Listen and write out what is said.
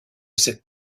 cette